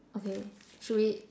okay should we